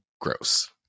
gross